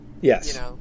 Yes